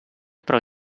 pro